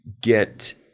get